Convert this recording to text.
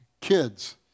kids